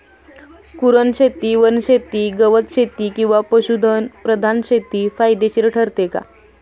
कुरणशेती, वनशेती, गवतशेती किंवा पशुधन प्रधान शेती फायदेशीर ठरते का?